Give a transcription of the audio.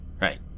Right